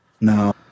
No